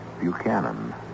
Buchanan